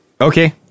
Okay